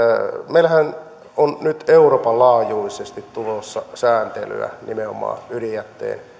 meillähän on nyt euroopan laajuisesti tulossa sääntelyä nimenomaan ydinjätteen ja